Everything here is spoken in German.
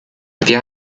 wir